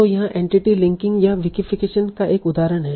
तो यहां entity linking या विकिफीकेशन का एक उदाहरण है